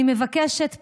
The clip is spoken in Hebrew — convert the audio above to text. אני מבקשת פה,